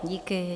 Díky.